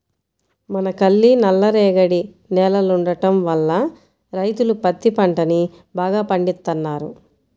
మనకల్లి నల్లరేగడి నేలలుండటం వల్ల రైతులు పత్తి పంటని బాగా పండిత్తన్నారు